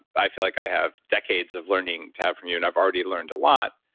i feel like i have decades of learning to have from you. and i've already learned a lot,